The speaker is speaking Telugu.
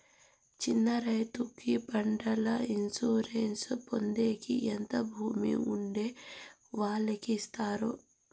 చిన్న రైతుకు పంటల ఇన్సూరెన్సు పొందేకి ఎంత భూమి ఉండే వాళ్ళకి ఇస్తారు?